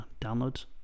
downloads